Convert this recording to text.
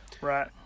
Right